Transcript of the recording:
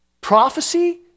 prophecy